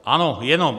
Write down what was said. Ano, jenom.